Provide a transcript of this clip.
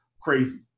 crazy